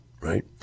right